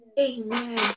Amen